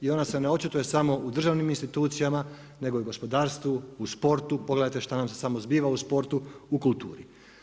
I ona se ne očituje samo u državnim institucijama nego i u gospodarstvu, u sportu, pogledajte što nam se samo zbiva u sportu, u kulturi.